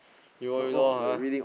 you will redo ah